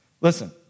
Listen